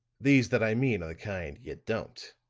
these that i mean are the kind you don't.